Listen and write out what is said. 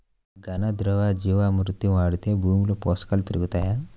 ఘన, ద్రవ జీవా మృతి వాడితే భూమిలో పోషకాలు పెరుగుతాయా?